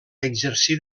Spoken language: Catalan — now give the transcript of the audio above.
exercir